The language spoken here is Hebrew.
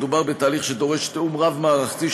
מדובר בתהליך שדורש תיאום רב-מערכתי,